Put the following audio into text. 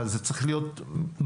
אבל זה צריך להיות מהר.